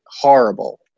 horrible